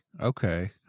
Okay